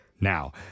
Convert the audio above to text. now